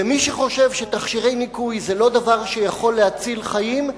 ומי שחושב שתכשירי ניקוי זה לא דבר שיכול להציל חיים,